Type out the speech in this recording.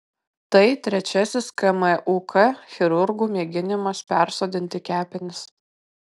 tai trečiasis kmuk chirurgų mėginimas persodinti kepenis